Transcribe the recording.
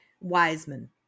Wiseman